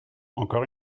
encore